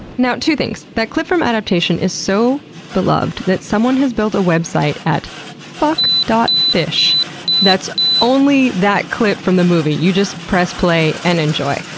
now two things that clip from adaptation is so beloved that someone has built a website at fuck fish that's only that clip from the movie. you just press play and enjoy.